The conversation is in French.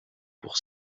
pour